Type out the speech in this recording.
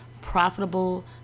profitable